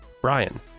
Brian